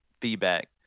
feedback